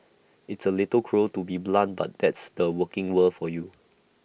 it's A little cruel to be blunt but that's the working world for you